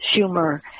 Schumer